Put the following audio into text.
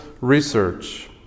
research